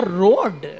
road